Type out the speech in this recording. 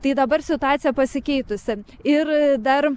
tai dabar situacija pasikeitusi ir dar